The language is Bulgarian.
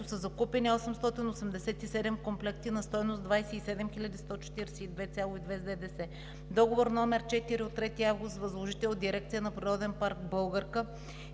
са закупени 887 комплекта, на стойност 27 142,2 лв. с ДДС; Договор № 4 от 3 август, с възложител – дирекция на Природен парк „Българка“